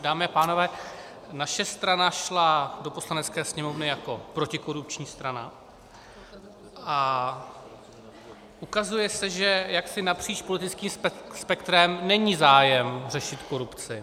Dámy a pánové, naše strana šla do Poslanecké sněmovny jako protikorupční strana a ukazuje se, že jaksi napříč politickým spektrem není zájem řešit korupci.